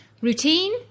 routine